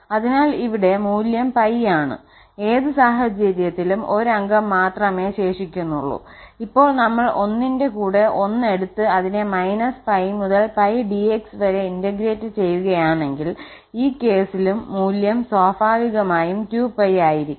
അതിനാൽ ഇവിടെ മൂല്യം 𝜋 ആണ് ഏത് സാഹചര്യത്തിലും 1 അംഗം മാത്രമേ ശേഷിക്കുന്നുള്ളൂഇപ്പോൾ നമ്മൾ 1 ന്റെ കൂടെ ഒന്ന് എടുത്ത് അതിനെ 𝜋 മുതൽ 𝜋 𝑑𝑥 വരെ ഇന്റഗ്രേറ്റ് ചെയ്യുകയാണെങ്കിൽ ഈ കേസിൽ മൂല്യം സ്വാഭാവികമായും 2𝜋 ആയിരിക്കും